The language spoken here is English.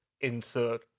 insert